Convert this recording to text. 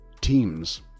teams